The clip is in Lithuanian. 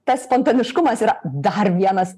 tas spontaniškumas yra dar vienas